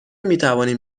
میتوانیم